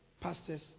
pastors